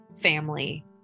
family